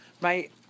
right